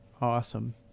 awesome